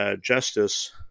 justice